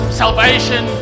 salvation